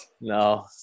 no